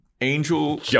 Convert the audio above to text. Angel